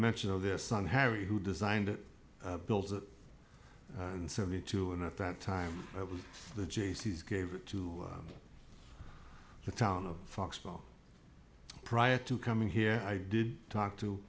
mention of their son harry who designed it builds it and seventy two and at that time it was the jaycees gave it to the town of foxborough prior to coming here i did talk to